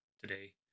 today